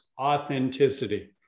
authenticity